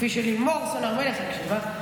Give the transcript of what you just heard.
כפי שלימור סון הר מלך מקשיבה,